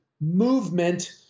movement